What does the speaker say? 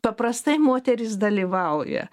paprastai moterys dalyvauja